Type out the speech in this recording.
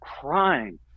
crying